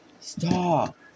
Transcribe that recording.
Stop